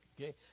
Okay